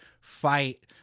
fight